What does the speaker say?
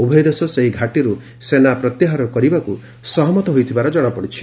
ଉଭୟଦେଶ ସେହି ଘାଟିରୁ ସେନା ପ୍ରତ୍ୟାହାର କରିବାକୁ ସହମତ ହୋଇଥିବା ଜଣାପଡ଼ିଛି